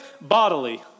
bodily